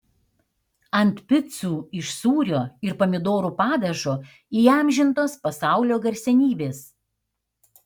ant picų iš sūrio ir pomidorų padažo įamžintos pasaulio garsenybės